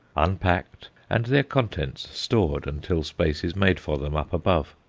unpacked, and their contents stored until space is made for them up above.